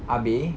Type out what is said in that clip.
abeh